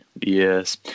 Yes